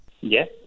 Yes